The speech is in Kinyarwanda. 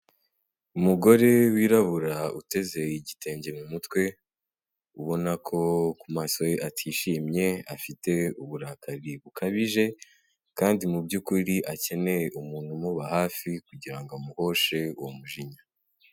Umugore wirabura uteze igitenge mu mutwe, ubona ko ku maso ye atishimye, afite uburakari bukabije kandi mu byukuri akeneye umuntu umuba hafi kugira ngo amuhoshe uwo mujinya.